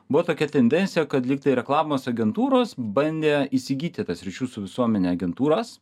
buvo tokia tendencija kad lyg tai reklamos agentūros bandė įsigyti tas ryšių su visuomene agentūras